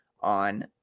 on